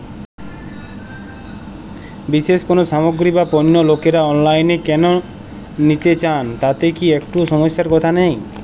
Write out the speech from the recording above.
বিশেষ কোনো সামগ্রী বা পণ্য লোকেরা অনলাইনে কেন নিতে চান তাতে কি একটুও সমস্যার কথা নেই?